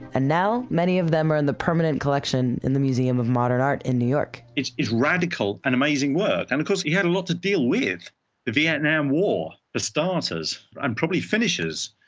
and now, many of them are in the permanent collection in the museum of modern art in new york it's it's radical and amazing work and because he had a lot to deal with the vietnam war for starters and probably finishes.